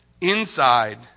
inside